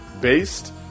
based